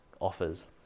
offers